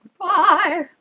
Bye